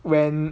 when